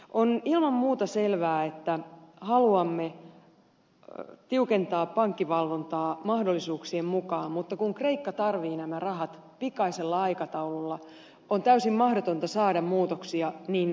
on ilman muuta selvää että haluamme tiuken taa pankkivalvontaa mahdollisuuksien mukaan mutta kun kreikka tarvitsee nämä rahat pikaisella aikataululla on täysin mahdotonta saada muutoksia niin nopeasti